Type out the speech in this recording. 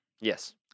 Yes